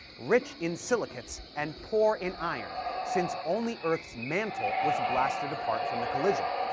rich in silicates and poor in iron, since only earth's mantle was blasted apart from the collision.